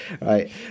right